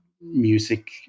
music